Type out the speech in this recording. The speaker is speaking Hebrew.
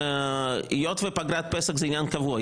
היות ופגרת פסח זה עניין קבוע,